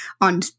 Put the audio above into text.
on